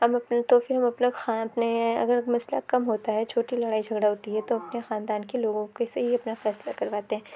ہم اپنے تو پھر ہم اپنے خان اپنے اگر مسئلہ کم ہوتا ہے چھوٹی لڑائی جھگڑا ہوتی ہے تو ہم اپنے خاندان کے لوگوں کے سے ہی اپنا فیصلہ کرواتے ہیں